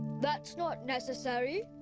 that's not necessary.